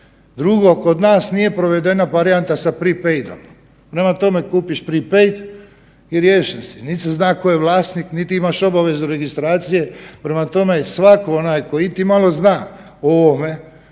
Drugo, kod nas nije provedena varijanta sa prepaide, prema tome kupiš prepaide i riješen si, nit se zna tko je vlasnik, nit imaš obavezu registracije. Prema tome, svatko onaj koji iti malo zna o ovome,